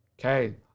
Okay